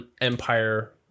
empire